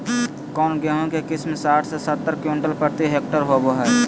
कौन गेंहू के किस्म साठ से सत्तर क्विंटल प्रति हेक्टेयर होबो हाय?